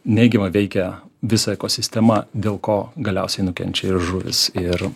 neigiamai veikia visą ekosistemą dėl ko galiausiai nukenčia ir žuvys ir